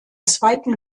zweiten